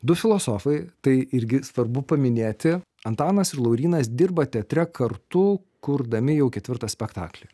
du filosofai tai irgi svarbu paminėti antanas ir laurynas dirba teatre kartu kurdami jau ketvirtą spektaklį